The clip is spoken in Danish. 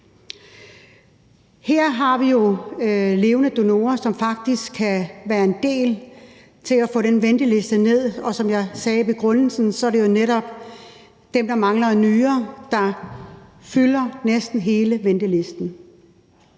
Her har vi jo levende donorer, som faktisk kan være med til at få den venteliste ned, og som jeg sagde i begrundelsen, er det jo netop dem, der mangler en nyre, der fylder næsten hele ventelisten.